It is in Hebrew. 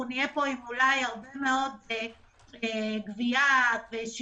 נהיה פה אולי עם הרבה גבייה ושחרור,